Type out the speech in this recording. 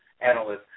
analysts